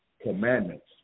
commandments